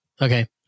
Okay